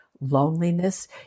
loneliness